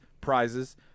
prizes –